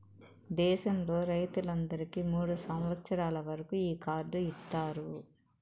దేశంలో రైతులందరికీ మూడు సంవచ్చరాల వరకు ఈ కార్డు ఇత్తారు